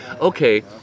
okay